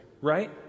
right